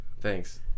Thanks